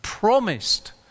promised